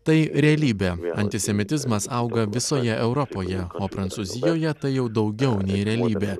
tai realybė antisemitizmas auga visoje europoje o prancūzijoje tai jau daugiau nei realybė